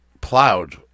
plowed